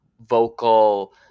vocal